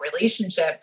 relationship